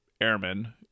airmen